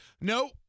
No